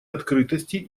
открытости